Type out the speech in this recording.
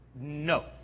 No